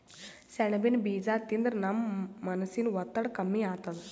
ಸೆಣಬಿನ್ ಬೀಜಾ ತಿಂದ್ರ ನಮ್ ಮನಸಿನ್ ಒತ್ತಡ್ ಕಮ್ಮಿ ಆತದ್